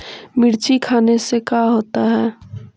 मिर्ची खाने से का होता है?